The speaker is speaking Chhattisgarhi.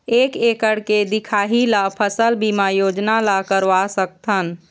एक एकड़ के दिखाही ला फसल बीमा योजना ला करवा सकथन?